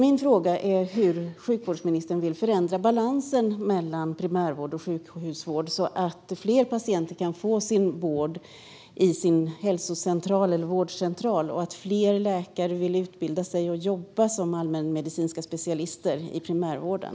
Min fråga är hur sjukvårdsministern vill förändra balansen mellan primärvård och sjukhusvård så att fler patienter kan få vård på sin hälso eller vårdcentral och så att fler läkare vill utbilda sig och jobba som allmänmedicinska specialister i primärvården.